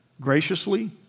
graciously